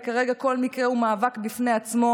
וכרגע כל מקרה הוא מאבק בפני עצמו,